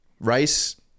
rice